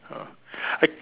ah I